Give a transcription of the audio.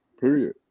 Period